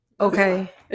Okay